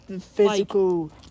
Physical